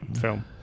film